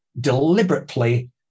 deliberately